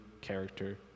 character